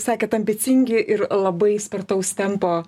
sakėt ambicingi ir labai spartaus tempo